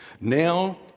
Now